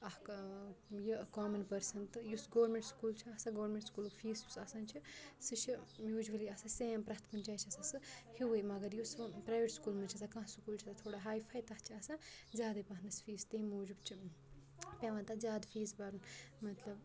اَکھ یہِ common person تہٕ یُس گورمینٛٹ سکوٗل چھِ آسان گورمینٛٹ سکوٗلُک فیٖس یُس آسان چھِ سُہ چھِ یوٗجؤلی آسان سیم پرٛٮ۪تھ کُنہِ جایہِ چھِ آسان سُہ ہیٚوُے مگر یُس وَ پرٛایٚویٹ سکوٗلَن منٛز چھِ آسان کانٛہہ سکوٗل چھِ آسان تھوڑا ہاے فاے تَتھ چھِ آسان زیادَے پَہنَس فیٖس تمہِ موٗجوٗب چھِ پیٚوان تَتھ زیادٕ فیٖس بَرُن مطلب